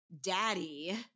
daddy